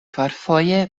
kvarfoje